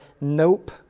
nope